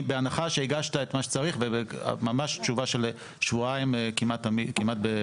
בהנחה שהגשת את מה שצריך זו תשובה תוך שבועיים כמעט תמיד.